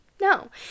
No